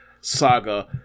saga